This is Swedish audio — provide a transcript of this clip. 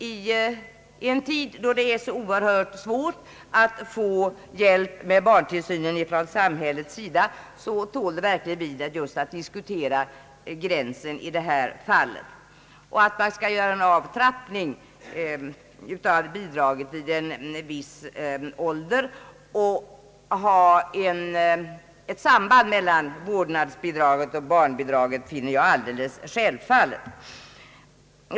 I en tid då det är synnerligen svårt att få hjälp med barntillsyn från samhällets sida tål det verkligen att diskutera gränsen i detta fall. Att det skall göras en avtrappning av bidraget vid en viss ålder och att det skall finnas ett samband mellan vårdnadsbidraget och barnbidraget, finner jag alldeles självklart.